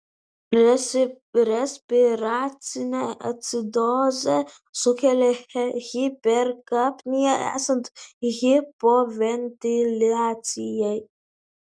respiracinę acidozę sukelia hiperkapnija esant hipoventiliacijai